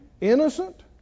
Innocent